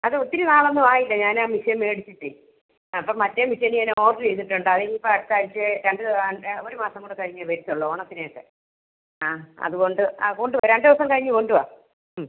അത് ഒത്തിരി നാളൊന്നും ആയില്ല ഞാൻ ആ മിഷ്യൻ മേടിച്ചിട്ട് ആ അപ്പം മറ്റെ മിഷ്യന് ഞാൻ ഓർഡർ ചെയ്തിട്ടുണ്ട് അത് ഇനി ഇപ്പം അടുത്ത ആഴ്ച്ചയെ രണ്ട് ഒരു മാസം കൂടെ കഴിഞ്ഞാൽ വരത്തുള്ളു ഓണത്തിന് ശേഷം ആ അത്കൊണ്ട് ആ കൊണ്ടു വാ രണ്ട് ദിവസം കഴിഞ്ഞ് കൊണ്ടു വാ ഉം